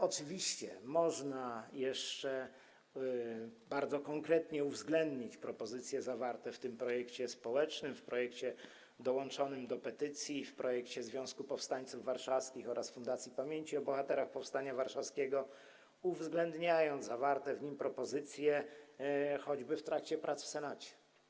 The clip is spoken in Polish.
Oczywiście można jeszcze bardzo konkretnie uwzględnić propozycje zawarte w tym projekcie społecznym, w projekcie dołączonym do petycji, w projekcie Związku Powstańców Warszawskich oraz Fundacji Pamięci o Bohaterach Powstania Warszawskiego, choćby w trakcie prac w Senacie.